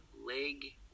leg